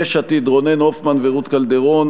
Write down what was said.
יש עתיד: רונן הופמן ורות קלדרון.